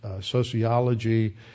sociology